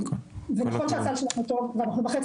זה נכון שהסל שלכם הוא טוב ואנחנו בחצי